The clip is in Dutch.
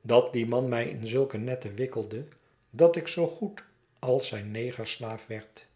dat die man mij in zulke netten wikkelde dat ik zoogoed als zijn negerslaaf werd